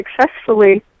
successfully